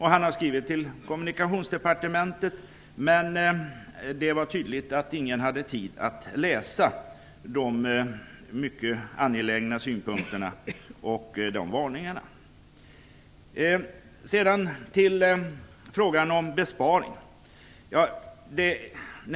Han har skrivit till Kommunikationsdepartementet, men det var tydligt att ingen där hade tid att ta del av hans mycket angelägna synpunkter och varningar. Sedan till frågan om besparingar.